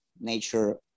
nature